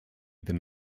than